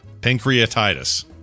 Pancreatitis